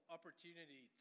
opportunity